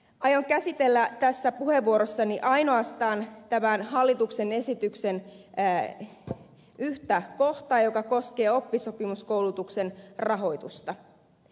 aion käsitellä tässä puheenvuorossani ainoastaan yhtä tämän hallituksen esityksen kohtaa joka koskee oppisopimuskoulutuksen rahoitusta